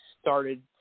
started